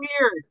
Weird